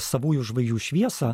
savųjų žvaigždžių šviesą